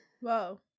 Whoa